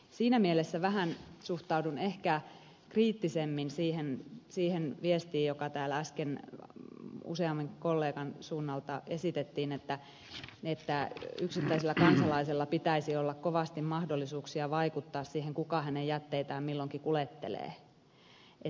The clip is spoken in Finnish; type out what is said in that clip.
siinä mielessä suhtaudun ehkä vähän kriittisemmin siihen viestiin joka täällä äsken useamman kollegan suunnalta esitettiin että yksittäisellä kansalaisella pitäisi olla kovasti mahdollisuuksia vaikuttaa siihen kuka hänen jätteitään milloinkin kuljettelee